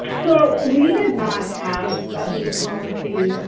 so we did not have a b policy,